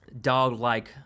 dog-like